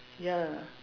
ya